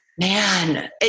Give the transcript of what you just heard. Man